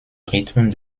rythme